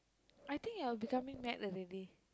I think you're becoming mad already